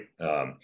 right